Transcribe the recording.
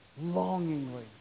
longingly